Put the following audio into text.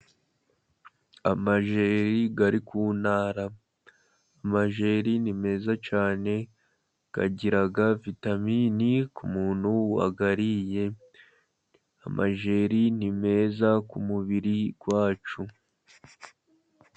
Amajeri ari ku ntara. Amajeri ni meza cyane agira vitamini ku muntu wayariye. Amajeri ni meza ku mubiri wacu.